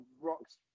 Rock's